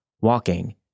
walking